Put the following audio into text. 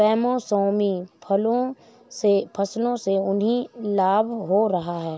बेमौसमी फसलों से उन्हें लाभ हो रहा है